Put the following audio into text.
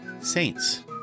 saints